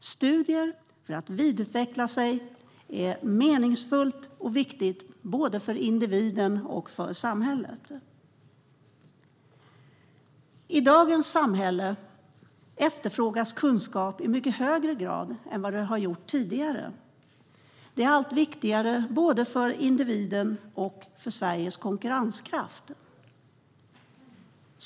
Studier för att vidareutveckla sig är meningsfullt och viktigt både för individen och för samhället. I dagens samhälle efterfrågas kunskap i mycket högre grad än tidigare. Det är allt viktigare både för individen och för Sveriges konkurrenskraft.